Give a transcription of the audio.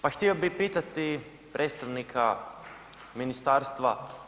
Pa htio bih pitati predstavnika ministarstva.